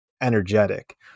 energetic